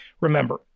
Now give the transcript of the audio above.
Remember